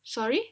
sorry